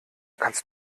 kannst